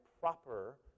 proper